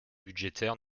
budgétaire